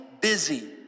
busy